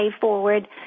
forward